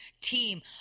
team